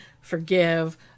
forgive